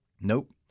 Nope